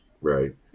Right